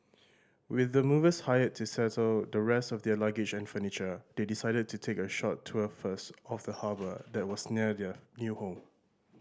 with the movers hired to settle the rest of their luggage and furniture they decided to take a short tour first of the harbour that was near their new home